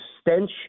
stench